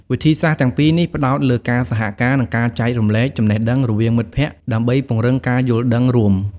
វិធីសាស្ត្រទាំងពីរនេះផ្តោតលើការសហការ និងការចែករំលែកចំណេះដឹងរវាងមិត្តភក្តិ ដើម្បីពង្រឹងការយល់ដឹងរួម។